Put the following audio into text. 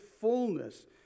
fullness